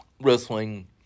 wrestling